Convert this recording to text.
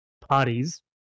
parties